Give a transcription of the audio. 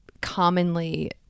commonly